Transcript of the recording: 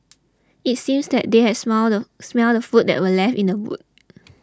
it seems that they had smell the smelt the food that were left in the boot